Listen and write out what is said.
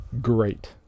great